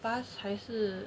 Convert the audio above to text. bus 还是